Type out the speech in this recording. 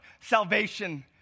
salvation